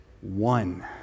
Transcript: one